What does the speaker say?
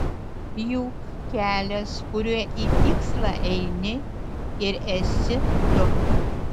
juk kelias kuriuo į tikslą eini ir esi tu